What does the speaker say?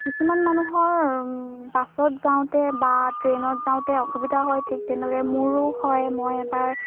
কিছুমান মানুহৰ বাছত যাওঁতে বা ট্ৰেনত যাওঁতে অসুবিধা হয় ঠিক তেনেদৰে মোৰো হয় মই এবাৰ